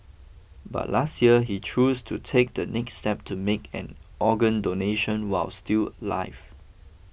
but last year he choose to take the next step to make an organ donation while still live